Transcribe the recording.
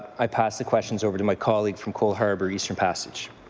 i pass the questions over to my colleagues from cole harbour-eastern passage.